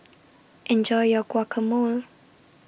Enjoy your Guacamole